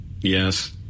Yes